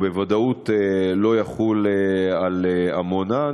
בוודאות לא יחול על עמונה.